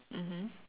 mmhmm